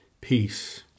peace